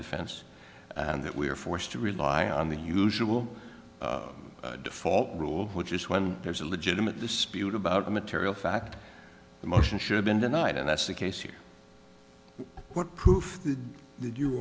defense and that we are forced to rely on the usual default rule which is when there's a legitimate dispute about a material fact the motion should have been denied and that's the case here what proof did you